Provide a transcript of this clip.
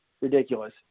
Ridiculous